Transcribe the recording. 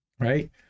Right